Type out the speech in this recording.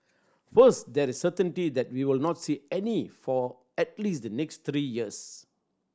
first there is certainty that we will not see any for at least the next three years